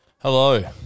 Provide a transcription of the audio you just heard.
Hello